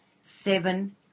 seven